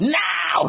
now